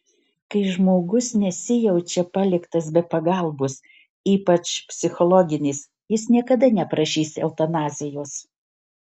kai žmogus nesijaučia paliktas be pagalbos ypač psichologinės jis niekada neprašys eutanazijos